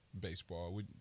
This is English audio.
baseball